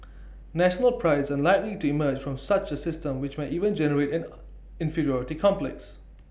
national Pride is unlikely to emerge from such A system which may even generate an inferiority complex